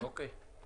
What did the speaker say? אוקיי.